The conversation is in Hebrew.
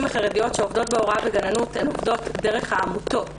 החרדיות שעובדות בהוראה וגננות עובדות דרך עמותות